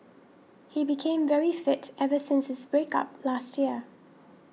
he became very fit ever since his break up last year